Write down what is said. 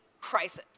crisis